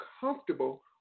comfortable